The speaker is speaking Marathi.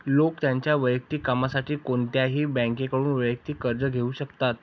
लोक त्यांच्या वैयक्तिक कामासाठी कोणत्याही बँकेकडून वैयक्तिक कर्ज घेऊ शकतात